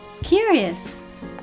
Curious